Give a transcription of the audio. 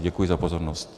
Děkuji za pozornost.